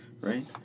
right